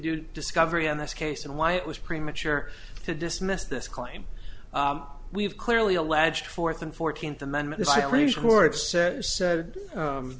do discovery on this case and why it was premature to dismiss this claim we've clearly alleged fourth and fourteenth amendment